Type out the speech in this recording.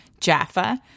Jaffa